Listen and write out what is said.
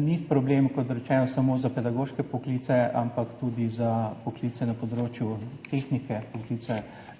Ni problem, kot rečeno, samo za pedagoške poklice, ampak tudi za poklice na področju tehnike, poklice